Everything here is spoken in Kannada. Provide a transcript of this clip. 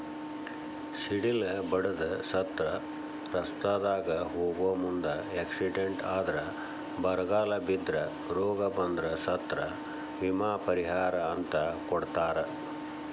ಸಿಡಿಲ ಬಡದ ಸತ್ರ ರಸ್ತಾದಾಗ ಹೋಗು ಮುಂದ ಎಕ್ಸಿಡೆಂಟ್ ಆದ್ರ ಬರಗಾಲ ಬಿದ್ರ ರೋಗ ಬಂದ್ರ ಸತ್ರ ವಿಮಾ ಪರಿಹಾರ ಅಂತ ಕೊಡತಾರ